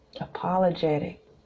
apologetic